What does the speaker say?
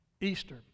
Easter